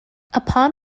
upon